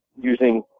using